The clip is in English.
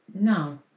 No